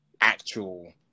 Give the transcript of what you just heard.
actual